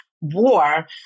war